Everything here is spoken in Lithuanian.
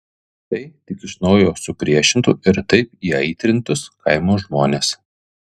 tai tik iš naujo supriešintų ir taip įaitrintus kaimo žmones